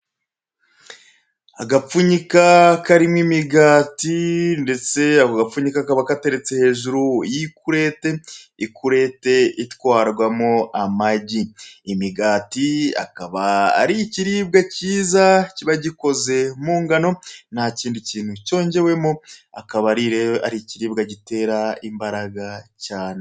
Agapfunyika karimo imigati ndetse ako gapfunyika kaba kateretse hejuru y'ikurete, ikurete itwarwamo amagi, imigati akaba ari ikiribwa cyiza kiba gikoze mu ngano nta kindi kintu cyongewemo, akabari rero ari ikiribwa gitera imbaraga cyane.